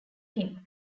him